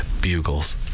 Bugles